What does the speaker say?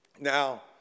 Now